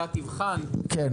הוועדה תבחן --- כן,